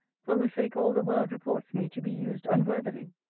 for whose sake all the world reports me to be used unworthily.